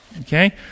Okay